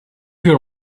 your